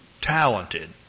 talented